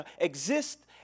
exist